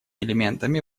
элементами